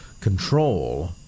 control